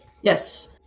Yes